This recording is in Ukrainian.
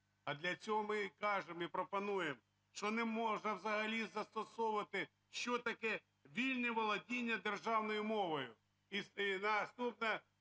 А для цього ми кажемо і пропонуємо, що не можна взагалі застосовувати, що таке вільне володіння державною мовою. І наступна